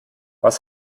was